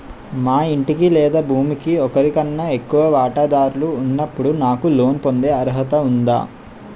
మా ఇంటికి లేదా భూమికి ఒకరికన్నా ఎక్కువ వాటాదారులు ఉన్నప్పుడు నాకు లోన్ పొందే అర్హత ఉందా?